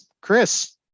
Chris